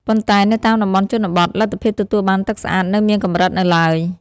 ប៉ុន្តែនៅតាមតំបន់ជនបទ លទ្ធភាពទទួលបានទឹកស្អាតនៅមានកម្រិតនៅឡើយ។